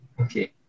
okay